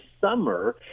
summer